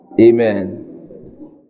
Amen